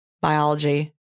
biology